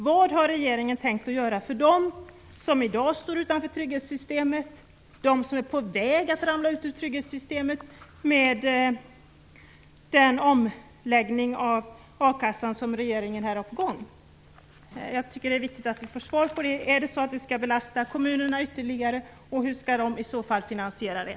Vad har regeringen tänkt att göra för dem som i dag står utanför trygghetssystemet och för dem som är på väg att ramla ut ur trygghetssystemet med den omläggning av a-kassan som regeringen har på gång? Jag tycker att det är viktigt att vi får svar på den frågan. Är det så att detta skall belasta kommunerna ytterligare? Hur skall de i så fall finansiera det?